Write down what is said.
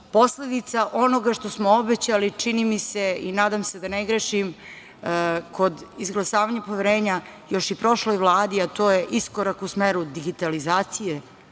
posledica onoga što smo obećali, čini mi se i nadam se da ne grešim, kod izglasavanja poverenja još i prošloj Vladi, a to je iskorak u smeru digitalizacije